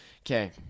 Okay